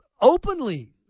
openly